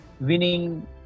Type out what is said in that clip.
winning